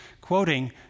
quoting